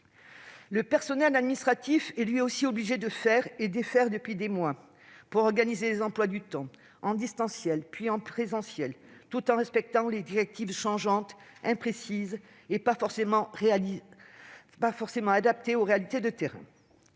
Le personnel administratif est lui aussi obligé de faire et défaire depuis des mois, pour organiser les emplois du temps, en distanciel, puis en présentiel, tout en respectant des directives changeantes et imprécises, qui ne sont pas forcément adaptées aux réalités du terrain.